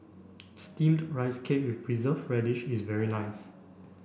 steamed rice cake with preserved radish is very nice